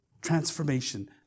transformation